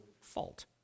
fault